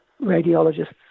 Radiologists